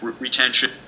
retention